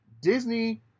Disney